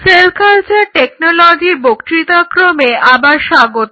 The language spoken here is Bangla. সেল কালচার টেকনোলজির বক্তৃতাক্রমে আবার স্বাগত